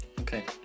okay